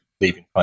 leaving